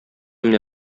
менә